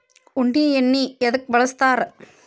ಉಣ್ಣಿ ಎಣ್ಣಿ ಎದ್ಕ ಬಳಸ್ತಾರ್?